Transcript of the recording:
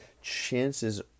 chances